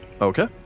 Okay